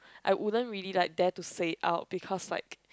I wouldn't really like dare to say out because like